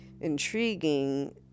intriguing